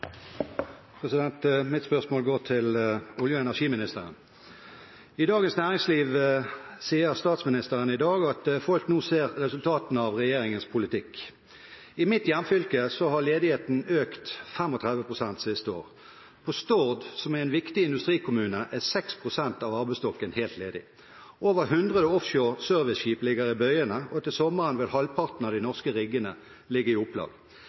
energiministeren. I Dagens Næringsliv i dag sier statsministeren at folk nå «ser resultatene av regjeringens politikk». I mitt hjemfylke har ledigheten økt med 35 pst. det siste året. På Stord, som er en viktig industrikommune, er 6 pst. av arbeidsstokken helt ledig. Over 100 offshore serviceskip ligger i bøyene, og til sommeren vil halvparten av de norske riggene ligge i opplag.